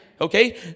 Okay